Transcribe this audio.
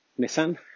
Nissan